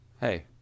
hey